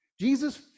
Jesus